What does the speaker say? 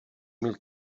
mil